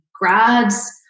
grads